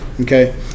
Okay